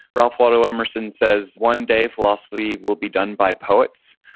ralph waldo emerson says, one day philosophy will be done by poets.